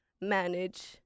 manage